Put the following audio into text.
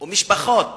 ומשפחות